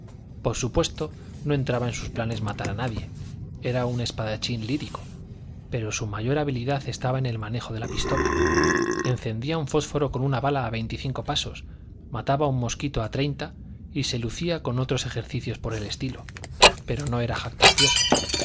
por supuesto no entraba en sus planes matar a nadie era un espadachín lírico pero su mayor habilidad estaba en el manejo de la pistola encendía un fósforo con una bala a veinticinco pasos mataba un mosquito a treinta y se lucía con otros ejercicios por el estilo pero no era jactancioso